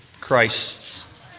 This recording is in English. Christ's